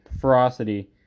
ferocity